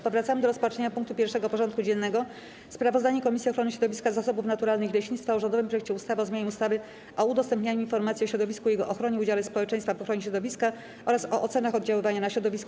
Powracamy do rozpatrzenia punktu 1. porządku dziennego: Sprawozdanie Komisji Ochrony Środowiska, Zasobów Naturalnych i Leśnictwa o rządowym projekcie ustawy o zmianie ustawy o udostępnianiu informacji o środowisku i jego ochronie, udziale społeczeństwa w ochronie środowiska oraz o ocenach oddziaływania na środowisko.